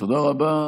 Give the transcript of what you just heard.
תודה רבה,